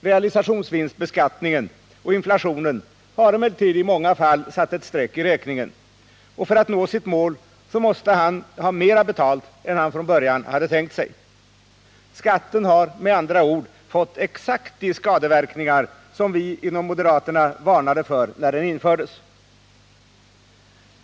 Realisationsvinstbeskattningen och inflationen har emellertid i många fall satt ett streck i räkningen, och för att nå sitt mål måste han ha mer betalt än han från början hade tänkt sig. Skatten har med andra ord fått exakt de skadeverkningar som vi inom moderaterna varnade för när den infördes.